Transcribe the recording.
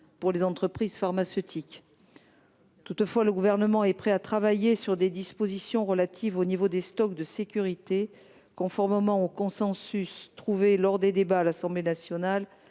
des entreprises pharmaceutiques. Cependant, le Gouvernement est prêt à travailler sur des dispositions relatives au niveau de stock de sécurité, conformément au consensus qui s’est dégagé des débats à l’Assemblée nationale